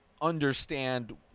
understand